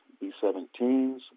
B-17s